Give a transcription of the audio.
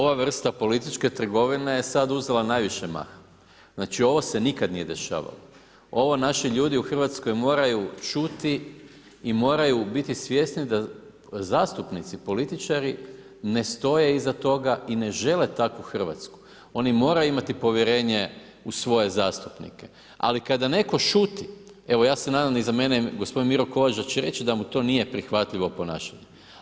Ova vrsta političke trgovine je sad uzela najviše maha, znači ovo se nikad nije dešavalo, ovo naši ljudi u Hrvatskoj moraju čuti i moraju biti svjesni da zastupnici političari ne stoje iza toga i ne žele takvu Hrvatsku, oni moraju imati povjerenje u svoje zastupnike, ali kada netko šuti evo ja se nadam iza mene je gospodin Miro Kovač da će reći da mu to nije prihvatljivo ponašanje.